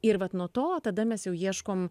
ir vat nuo to tada mes jau ieškom